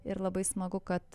ir labai smagu kad